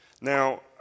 Now